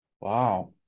Wow